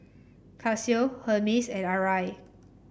Casio Hermes and Arai